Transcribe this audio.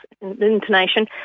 intonation